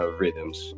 rhythms